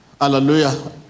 hallelujah